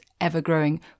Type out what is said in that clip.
ever-growing